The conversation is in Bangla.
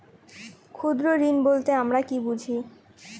ক্ষুদ্র ঋণ বলতে আমরা কি বুঝি?